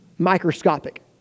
microscopic